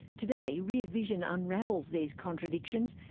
today, rear vision unravels these contradictions,